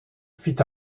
fit